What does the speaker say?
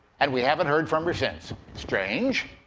and we haven't heard from her since. strange.